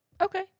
Okay